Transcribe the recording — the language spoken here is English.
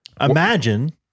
Imagine